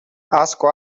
asko